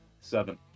Seven